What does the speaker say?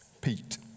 Pete